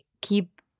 keep